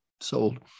Sold